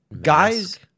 guys